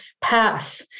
path